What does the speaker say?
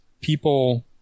people